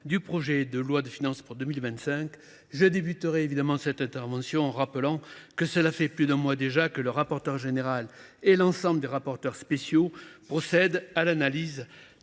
du projet de loi de finances pour 2025, je débuterai mon intervention en rappelant que cela fait plus d’un mois déjà que le rapporteur général et l’ensemble des rapporteurs spéciaux procèdent à l’analyse